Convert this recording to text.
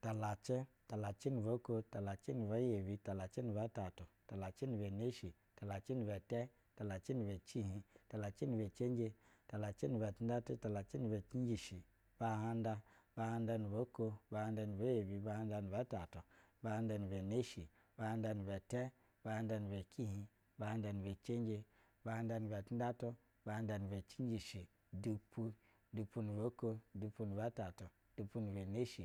talacɛ, talacɛ nu bwa oko talacɛ ni bɛ yebi, talacɛ ni bɛ tɛtu talacɛ ni bɛ neshi talacɛ ni bɛ tɛ, talacɛ ni bɛ cihih, talacɛ ni bɛ cenje talacɛ ni bɛ cenje talacɛ ni bɛ tindɛtu, talacɛ ni bɛ cinjishi, buhanda, buu handa nu boko, buhanda ni bɛ yebi, buhanda ni bɛ tɛtu buhanda ni bɛ nexhi buhanda cenje, buhanda ni bɛ tindɛtu, buhanda ni bɛ cinjishi, dupu, dupu nu boko dupu ba tatu. Dupu ni bɛ neshi.